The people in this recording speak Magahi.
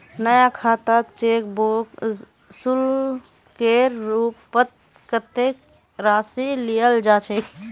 नया खातात चेक बुक शुल्केर रूपत कत्ते राशि लियाल जा छेक